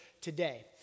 today